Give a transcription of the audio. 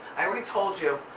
i already told you